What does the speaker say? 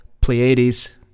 Pleiades